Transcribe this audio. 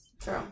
True